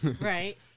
Right